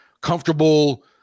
comfortable